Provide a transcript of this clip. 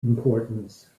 importance